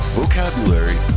vocabulary